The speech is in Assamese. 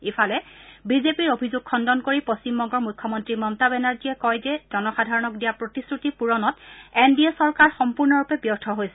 ইফালে বিজেপিৰ অভিযোগ খণ্ডন কৰি পশ্চিমবঙ্গৰ মুখ্যমন্ত্ৰী মমতা বেনাৰ্জীয়ে কয় যে জনসাধাৰণক দিয়া প্ৰতিশ্ৰুতি পূৰণত এন ডি এ চৰকাৰ সম্পূৰ্ণৰূপে ব্যৰ্থ হৈছে